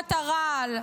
מכונת הרעל.